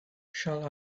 shall